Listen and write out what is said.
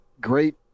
great